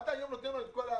היום,